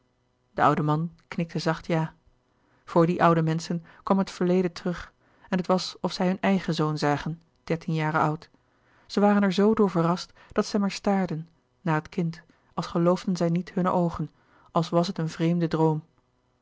de oude man knikte zacht ja voor die oude menschen kwam het verleden terug en het was of zij hun eigen zoon zagen dertien jaren oud zij waren er zoo door verrast dat zij maar staarden naar het kind als geloofden zij niet hunne oogen als was het een vreemde droom